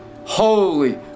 Holy